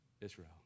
Israel